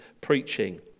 preaching